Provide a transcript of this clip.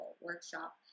workshop